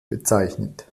bezeichnet